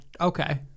okay